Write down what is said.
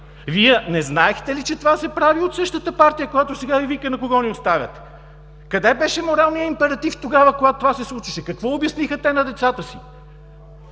Вие не знаехте ли, че това се прави от същата партия, която сега Ви вика: „На кого ни оставяте?“ Къде беше моралният императив тогава, когато това се случваше? Какво обясниха те на децата си?!